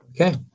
Okay